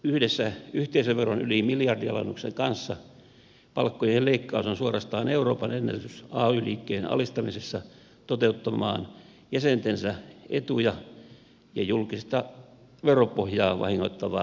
yhdessä yhteisöveron yli miljardialennuksen kanssa palkkojen leikkaus on suorastaan euroopan ennätys ay liikkeen alistamisessa toteuttamaan jäsentensä etuja ja julkista veropohjaa vahingoittavaa politiikkaa